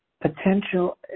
potential